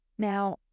Now